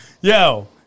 yo